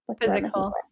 physical